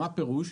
מה פירוש?